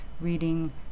reading